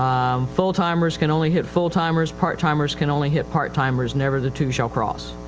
full-timers can only hit full-timers, part-timers can only hit part-timers, never the two shall cross.